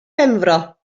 benfro